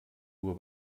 nur